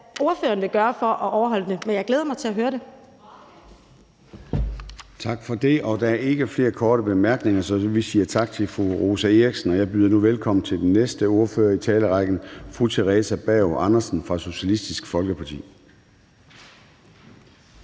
hvad ordføreren vil gøre for at sikre, at de overholder det, men jeg glæder mig til at høre det.